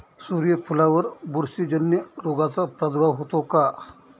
सूर्यफुलावर बुरशीजन्य रोगाचा प्रादुर्भाव होतो का?